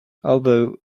although